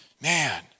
man